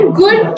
good